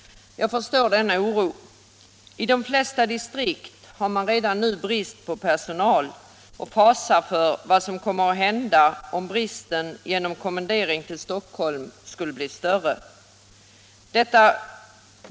Jag förstår denna oro. I de flesta distrikt har man redan nu brist på personal och fasar för vad som kommer att hända om bristen genom kommendering till Stockholm skulle bli större.